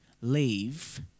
leave